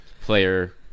player